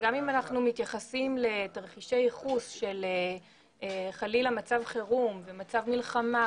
גם אם אנחנו מתייחסים לתרחישי יחוס של חלילה מצב חירום ומצב מלחמה,